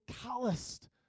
calloused